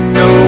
no